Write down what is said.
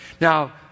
Now